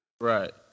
Right